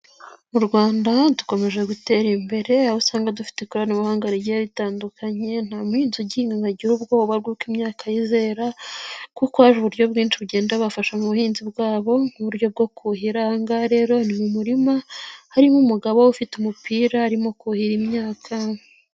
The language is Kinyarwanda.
Mu rwanda dukomeje gutera imbere, aho usanga dufite ikoranabuhanga rigiye ritandukanye, nta muhinzi ugihinga ngo agira ubwoba bw'uko imyaka ye izera kuko hari uburyo bwinshi bugenda bubafasha mu buhinzi bwabo nk'uburyo bwo kuhira, aha nga rero mu murima, harimo umugabo ufite umupira arimo kuhira imyaka.